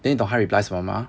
then 你懂他 reply 什么吗